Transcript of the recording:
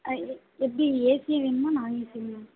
எப் எப்படி ஏசி வேணுமா நான்ஏசி வேணுமா